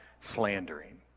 slandering